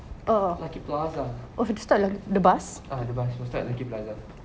lucky plaza ah the bus will start at lucky plaza